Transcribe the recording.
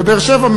בבאר-שבע,